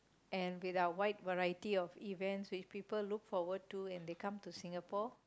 and with our wide variety of events which people look forward to and they come to Singapore